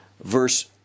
verse